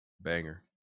Banger